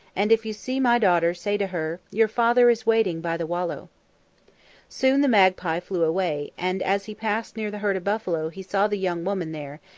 and if you see my daughter say to her, your father is waiting by the wallow soon the magpie flew away, and as he passed near the herd of buffalo he saw the young woman there,